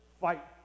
fight